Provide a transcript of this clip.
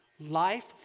Life